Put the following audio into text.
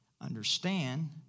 understand